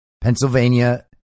Pennsylvania